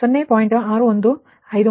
ಆದ್ದರಿಂದ V11